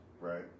Right